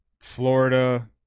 Florida